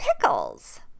pickles